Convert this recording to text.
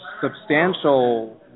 substantial